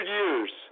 years